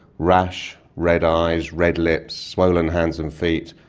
rash, red eyes, red lips, swollen hands and feet,